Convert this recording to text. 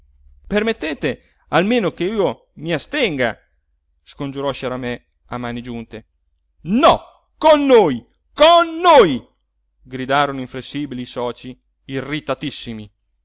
permettete almeno che io mi astenga scongiurò sciaramè a mani giunte no con noi con noi gridarono inflessibili i socii